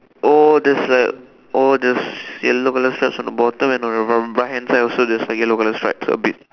oh there's a oh there's yellow color stripes on the bottom and on the r~ right hand side also there's like yellow colour stripes a bit